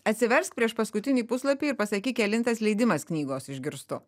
atsiversk priešpaskutinį puslapį ir pasakyk kelintas leidimas knygos išgirstu